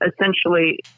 essentially